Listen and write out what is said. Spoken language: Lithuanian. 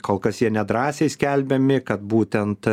kol kas jie nedrąsiai skelbiami kad būtent